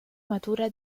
matura